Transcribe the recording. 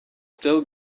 still